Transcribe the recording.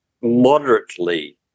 moderately